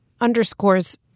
underscores